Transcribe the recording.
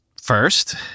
First